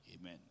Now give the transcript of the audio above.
Amen